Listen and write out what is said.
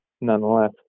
nonetheless